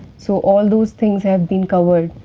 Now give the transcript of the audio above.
so, all those things have been covered.